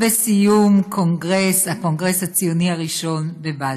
בסיום הקונגרס הציוני הראשון בבאזל.